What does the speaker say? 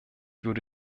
würde